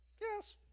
yes